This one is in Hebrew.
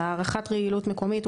8.2. הערכת רעילות (toxicity evaluation) מקומית,